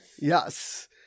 Yes